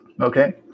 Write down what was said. Okay